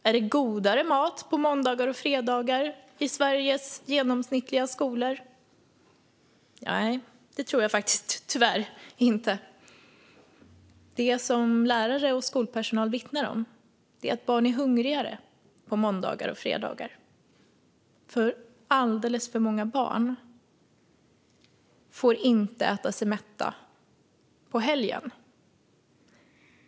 Är det godare mat på måndagar och fredagar i Sveriges genomsnittliga skolor? Nej, det tror jag tyvärr inte. Det som lärare och skolpersonal vittnar om är att barn är hungrigare på måndagar och fredagar, för alldeles för många barn får inte äta sig mätta på helgen.